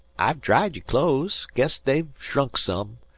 i've dried your clothes. guess they've shrunk some,